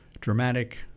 dramatic